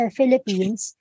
Philippines